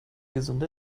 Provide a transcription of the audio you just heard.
gesunde